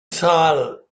sâl